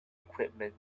equipment